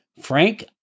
Frank